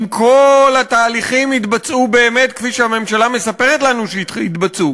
אם כל התהליכים יתבצעו באמת כפי שהממשלה מספרת לנו שיתבצעו,